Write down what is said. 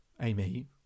Amy